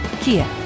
Kia